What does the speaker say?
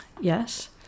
Yes